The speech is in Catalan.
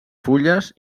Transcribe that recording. fulles